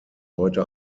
heute